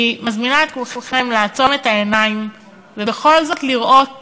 אני מזמינה את כולכם לעצום את העיניים ובכל זאת לראות